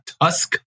tusk